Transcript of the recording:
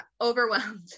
overwhelmed